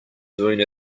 doing